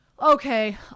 okay